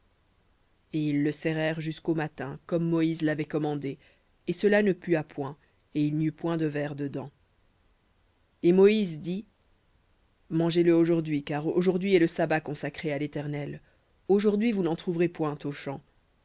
et ils le serrèrent jusqu'au matin comme moïse l'avait commandé et cela ne pua point et il n'y eut point de vers dedans et moïse dit mangez le aujourd'hui car aujourd'hui est le sabbat à l'éternel aujourd'hui vous n'en trouverez point